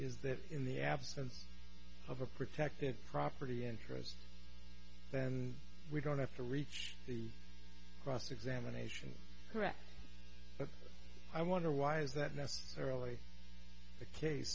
is that in the absence of a protected property interest then we don't have to reach the cross examination correct i wonder why is that necessarily the case